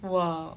!wow!